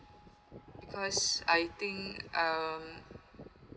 because I think I'll